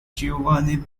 giovanni